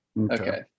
Okay